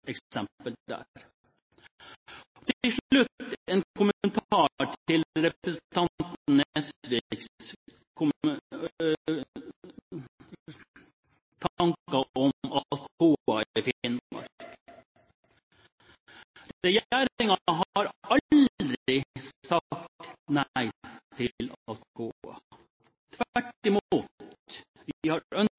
Til slutt en kommentar til representanten Nesviks tanker om Alcoa i Finnmark. Regjeringen har aldri sagt nei til Alcoa, tvert imot har den ønsket